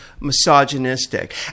misogynistic